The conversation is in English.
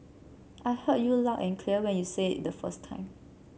I heard you loud and clear when you said it the first time